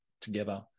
together